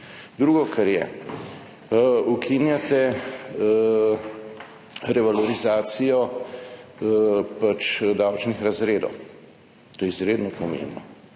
Drugo kar je, ukinjate revalorizacijo pač davčnih razredov. To je izredno pomembno.